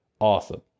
Awesome